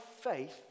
faith